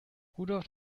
rudolf